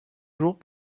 jours